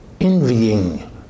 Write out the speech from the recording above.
envying